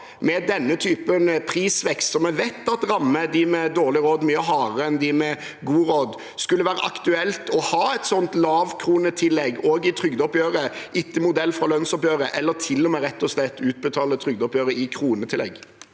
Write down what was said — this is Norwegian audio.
med denne prisveksten som vi vet rammer dem med dårlig råd mye hardere enn dem med god råd, ikke skulle vært aktuelt å ha et slikt lavkronetillegg også i trygdeoppgjøret, etter modell fra lønnsoppgjøret, eller til og med rett og slett utbetale trygdeoppgjøret i form av kronetillegg.